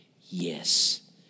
yes